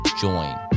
join